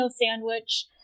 sandwich